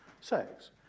sex